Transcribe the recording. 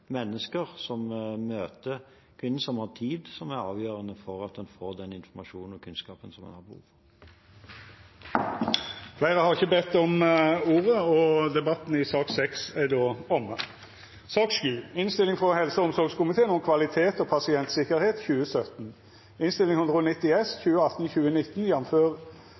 mennesker som møter kvinnen, som har tid, som er avgjørende for at en får den informasjonen og kunnskapen en har behov for. Flere har ikke bedt om ordet til sak nr. 6. Etter ønske frå helse- og omsorgskomiteen vil presidenten føreslå at taletida vert avgrensa til 5 minutt til kvar partigruppe og